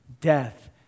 Death